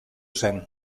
zen